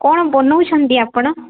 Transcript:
କ'ଣ ବନଉଛନ୍ତି ଆପଣ